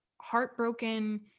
heartbroken